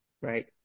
right